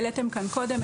העליתם כאן קודם,